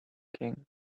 king